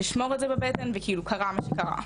אשמור את זה בבטן וכאילו קרה מה קרה.